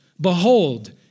behold